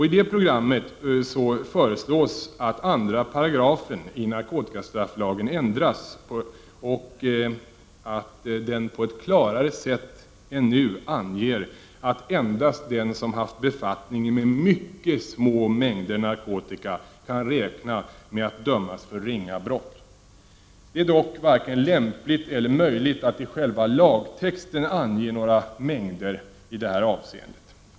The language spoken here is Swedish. I det programmet föreslås att 2 § narkotikastrafflagen ändras så, att den på ett klarare sätt än nu anger att endast den som har haft befattning med mycket små mängder narkotika kan räkna med att bli dömd för ringa brott. Det är dock varken lämpligt eller möjligt att i själva lagtexten ange några mängder i detta avseende.